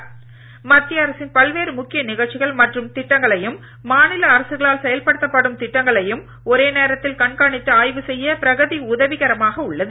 முக்கிய நிகழ்ச்சிகள் மத்திய அரசின் பல்வேறு மற்றும் திட்டங்களையும் மாநில அரசுகளால் செயல்படுத்தப்படும் திட்டங்களையும் ஒரேநேரத்தில் கண்காணித்து ஆய்வு செய்ய பிரகதி உதவிகரமாக உள்ளது